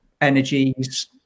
energies